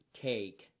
take